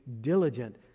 diligent